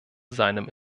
seinem